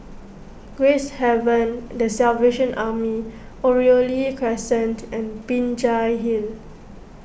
Gracehaven the Salvation Army Oriole Crescent and Binjai Hill